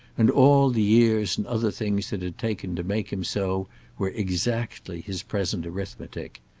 and all the years and other things it had taken to make him so were exactly his present arithmetic.